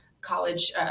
college